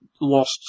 lost